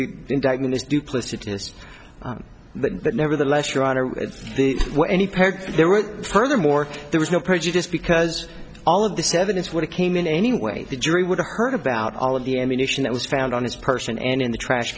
the indictment is duplicitous but nevertheless your honor there were furthermore there was no prejudice because all of this evidence when it came in any way the jury would have heard about all of the ammunition that was found on his person and in the trash